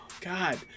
god